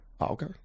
Okay